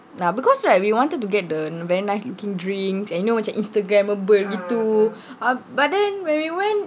ya because right we wanted to get the very nice looking drinks and you know macam instagrammable gitu ah but then when we went